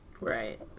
Right